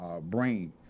brain